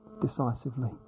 decisively